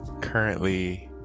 currently